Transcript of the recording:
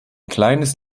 kleines